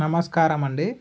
నమస్కారం అండి